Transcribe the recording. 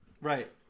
Right